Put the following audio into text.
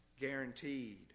guaranteed